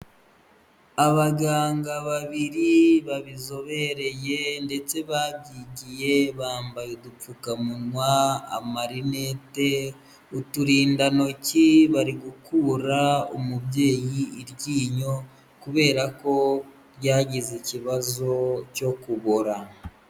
Abaganga babiri babizobereye ndetse babyigiye, bambaye udupfukamunwa, amarinete, uturindantoki, bari gukura umubyeyi iryinyo kubera ko ryagize ikibazo cyo kubora.